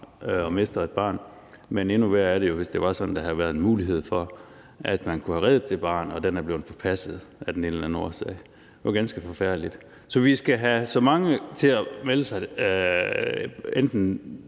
man mister et barn, men endnu værre er det jo, hvis det var sådan, at der havde været en mulighed for, at man kunne have reddet det barn, og at den er blevet forpasset af den ene eller den anden årsag. Det er jo ganske forfærdeligt, så vi skal have så mange til at melde enten